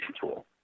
tool